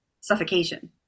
suffocation